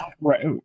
Right